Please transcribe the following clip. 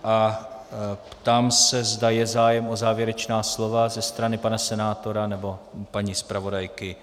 A ptám se, zda je zájem o závěrečná slova ze strany pana senátora nebo paní zpravodajky.